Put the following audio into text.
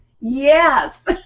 Yes